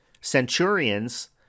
centurions